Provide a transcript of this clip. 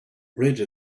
bridge